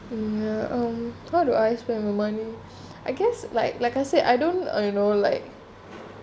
uh ya how do I spend the money I guess it's like like I said I don't you know like